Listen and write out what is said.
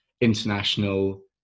international